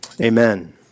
Amen